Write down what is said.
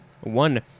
One